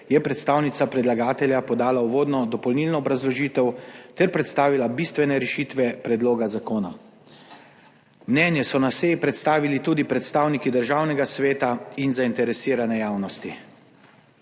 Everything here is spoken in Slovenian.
je predstavnica predlagatelja podala uvodno dopolnilno obrazložitev ter predstavila bistvene rešitve predloga zakona. Mnenje so na seji predstavili tudi predstavniki Državnega sveta in zainteresirane javnosti.